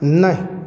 नहि